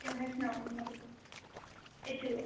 फ्ही में सनाई औड़नियां दिक्ख भेजी ओड़ो